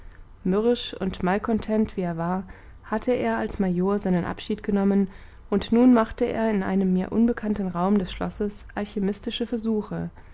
mürrisch und malkontent wie er war hatte er als major seinen abschied genommen und nun machte er in einem mir unbekannten raum des schlosses alchymistische versuche